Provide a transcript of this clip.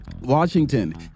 Washington